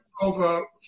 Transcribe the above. over